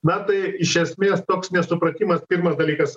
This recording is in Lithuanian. na tai iš esmės toks nesupratimas pirmas dalykas